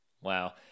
wow